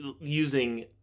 using